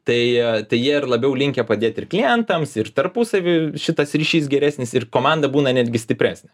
tai jie ir labiau linkę padėti klientams ir tarpusavy šitas ryšys geresnis ir komanda būna netgi stipresnė